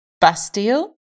Bastille